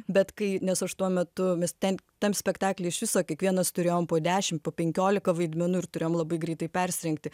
bet kai nes aš tuo metu mes ten tam spektakly iš viso kiekvienas turėjom po dešimt po penkiolika vaidmenų ir turėjom labai greitai persirengti